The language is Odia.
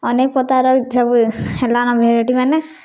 ଅନେକ୍ ପ୍ରକାର୍ର ସବୁ ହେଲାନ ଭେରାଇଟିମାନେ